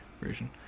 version